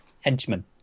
Henchman